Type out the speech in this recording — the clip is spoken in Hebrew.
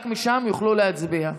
רק משם יוכלו להצביע.